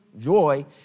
joy